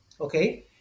okay